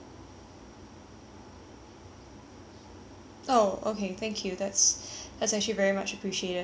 oh okay thank you that's that's actually very much appreciated can I can I also provide another piece of feedback um